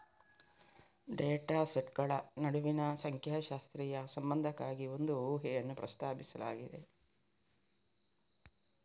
data ಸೆಟ್ಗಳ ನಡುವಿನ ಸಂಖ್ಯಾಶಾಸ್ತ್ರೀಯ ಸಂಬಂಧಕ್ಕಾಗಿ ಒಂದು ಊಹೆಯನ್ನು ಪ್ರಸ್ತಾಪಿಸಲಾಗಿದೆ